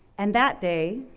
and that day,